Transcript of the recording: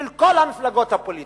של כל המפלגות הפוליטיות,